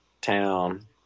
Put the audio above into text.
town